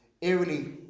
eerily